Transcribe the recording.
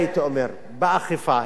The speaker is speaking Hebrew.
הנה, חוק שכר מינימום,